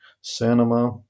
cinema